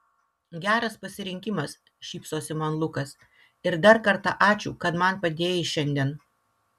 geras pasirinkimas šypsosi man lukas ir dar kartą ačiū kad man padėjai šiandien